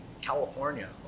California